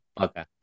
Okay